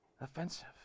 Offensive